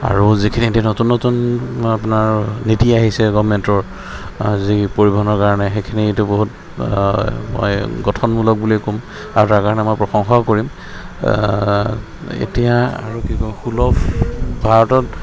আৰু যিখিনি এতিয়া নতুন নতুন আপোনাৰ নীতি আহিছে গভমেণ্টৰ যি পৰিবহণৰ কাৰণে সেইখিনিটো বহুত মই গঠনমূলক বুলিয়ে ক'ম আৰু তাৰ কাৰণে মই প্ৰশংসাও কৰিম এতিয়া আৰু কি কওঁ সুলভ ভাৰতত